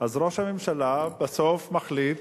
אז ראש הממשלה בסוף מחליט